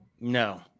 No